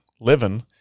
living